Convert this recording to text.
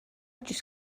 just